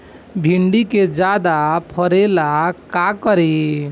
भिंडी के ज्यादा फरेला का करी?